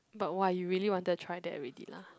but why you really wanted to try that already lah